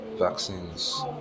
Vaccines